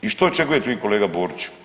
I što očekujete vi kolega Boriću?